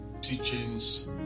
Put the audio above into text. teachings